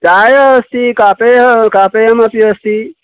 चायः अस्ति कापे कापेयमपि अस्ति